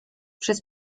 przez